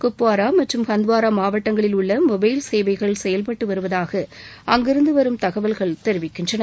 குப்வாரா மற்றும் ஹந்த்வாரா மாவட்டங்களில் உள்ள மொபைல் சேவைகள் செயல்பட்டுவருவதாக அங்கிருந்துவரும் தகவல்கள் தெரிவிக்கின்றன